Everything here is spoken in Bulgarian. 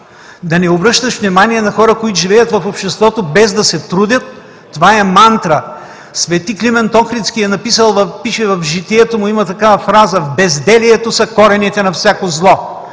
Да не обръщаш внимание на хора, които живеят в обществото без да се трудят – това е мантра. Свети Климент Охридски пише в „Житието“ си – там има такава фраза: „В безделието са корените на всяко зло“.